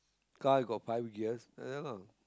car got five gears ya lah